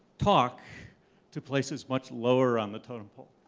talk to places much lower on the totem pole,